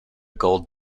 gold